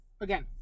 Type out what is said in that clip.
again